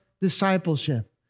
discipleship